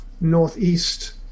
northeast